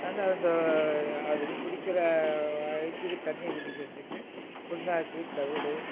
ரெண்டாவது இந்த அது குடிக்கிற வயிற்றுக்கு தண்ணி குடிக்கிறதுக்கு பிண்ணாக்கு தவிடு